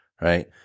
Right